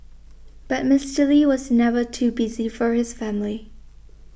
but Mister Lee was never too busy for his family